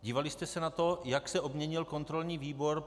Dívali jste se na to, jak se obměnil kontrolní výbor.